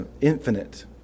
infinite